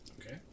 Okay